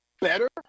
better